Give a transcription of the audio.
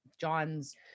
john's